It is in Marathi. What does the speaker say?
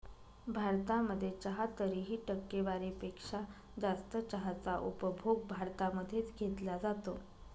भारतामध्ये चहा तरीही, टक्केवारी पेक्षा जास्त चहाचा उपभोग भारतामध्ये च घेतला जातो